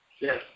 Yes